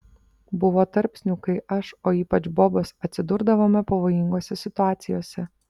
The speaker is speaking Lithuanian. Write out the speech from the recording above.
buvo tarpsnių kai aš o ypač bobas atsidurdavome pavojingose situacijose